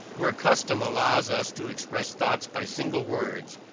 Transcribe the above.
where custom allows us to express thoughts by single words,